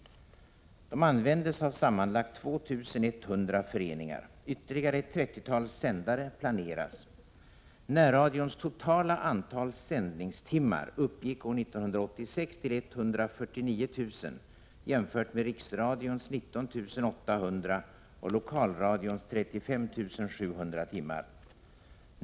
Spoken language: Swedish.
De användes av sammanlagt 2 100 föreningar. Ytterligare ett trettiotal sändare planeras. Närradions totala antal sändningstimmar uppgick år 1986 till 149 000 jämfört med riksradions 19 800 och lokalradions 35 700 timmar.